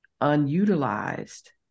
unutilized